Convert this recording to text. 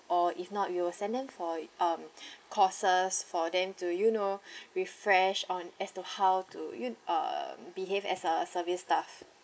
or if not we'll send them for um courses for them to you know refresh on as to how to you uh behave as a service staff